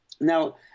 Now